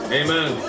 amen